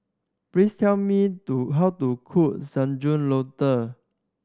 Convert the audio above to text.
please tell me to how to cook Sayur Lodeh